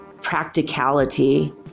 practicality